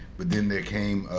but then they came